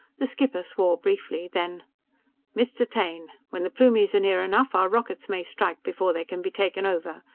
the skipper swore briefly. then mr. taine! when the plumies are near enough, our rockets may strike before they can be taken over!